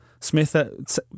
Smith